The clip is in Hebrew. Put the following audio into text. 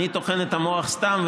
אני טוחן את המוח סתם,